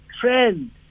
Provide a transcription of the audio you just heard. trend